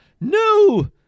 No